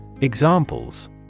Examples